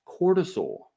cortisol